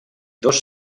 dos